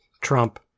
Trump